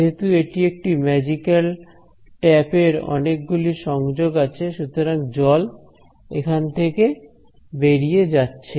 যেহেতু এটি একটি ম্যাজিক্যাল ট্যাপ এর অনেকগুলি সংযোগ আছে সুতরাং জল এখান থেকে বেরিয়ে যাচ্ছে